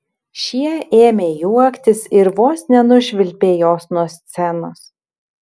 šie ėmė juoktis ir vos nenušvilpė jos nuo scenos